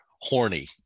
horny